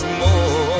more